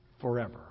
forever